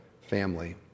family